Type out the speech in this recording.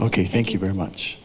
ok thank you very much